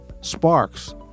sparks